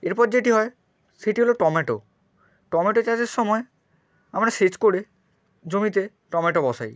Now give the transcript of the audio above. এরপর যেটি হয় সেটি হল টমেটো টমেটো চাষের সময় আমরা সেচ করে জমিতে টমেটো বসাই